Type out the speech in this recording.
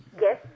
Yes